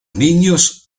niños